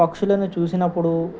పక్షులను చూసినప్పుడు